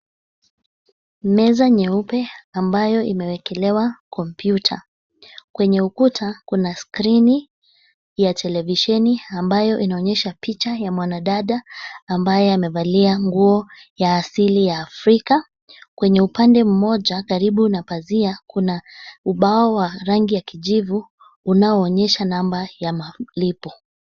Meza nyeupe ambayo imewekelewa kompyuta. Kwenye ukuta kuna skrini ya televisheni ambayo inaonyesha picha ya mwanadada ambaye amevalia nguo ya asili ya Afrika. Kwenye upande mmmoja karibu na pazia kuna ubao wa rangi ya kijivu unaonyesha namba ya malipo.